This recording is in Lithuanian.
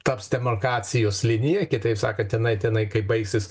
taps demarkacijos linija kitaip sakant tenai tenai kai baigsis